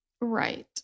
Right